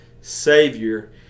Savior